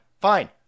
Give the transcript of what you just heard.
Fine